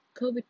COVID